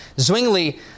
Zwingli